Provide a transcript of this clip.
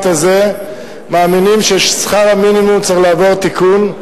הזה מאמינים ששכר המינימום צריך לעבור תיקון.